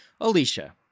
Alicia